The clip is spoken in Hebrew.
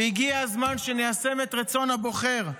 והגיע הזמן שניישם את רצון הבוחר.